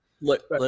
Look